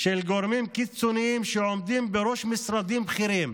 של גורמים קיצוניים שעומדים בראש משרדים בכירים